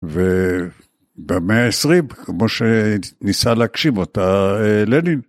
ובמאה העשרים כמו שניסה להגשים אותה לנין.